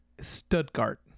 Stuttgart